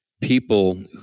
people